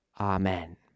Amen